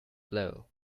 blow